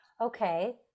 okay